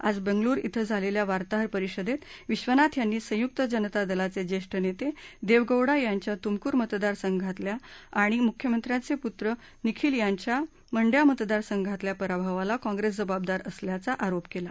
आज बंगळूरु मध्ये झालेल्या वार्ताहर परिषदेत विश्वनाथ यांनी संयुक्त जनता दलाचे ज्येष्ठ नेते दैवेगौडा यांच्या तुमकूर मतदार संघातल्या आणि मुख्यमंत्र्याचे पुत्र निखिल यांच्या मंडया मतदार संघातल्या पराभवाला काँग्रेस जबाबदार असल्याचा आरोप केला